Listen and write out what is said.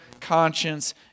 conscience